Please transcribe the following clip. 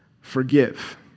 forgive